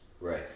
right